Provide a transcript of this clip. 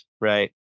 Right